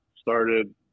started